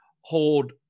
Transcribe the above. hold